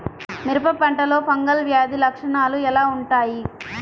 మిరప పంటలో ఫంగల్ వ్యాధి లక్షణాలు ఎలా వుంటాయి?